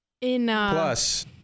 Plus